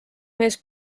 mees